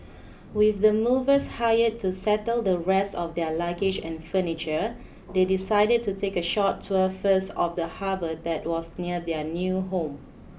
with the movers hired to settle the rest of their luggage and furniture they decided to take a short tour first of the harbour that was near their new home